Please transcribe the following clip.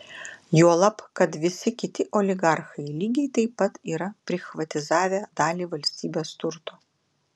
juolab kad visi kiti oligarchai lygiai taip pat yra prichvatizavę dalį valstybės turto